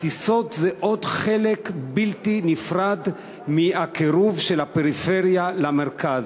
הטיסות הן חלק בלתי נפרד מהקירוב של הפריפריה למרכז.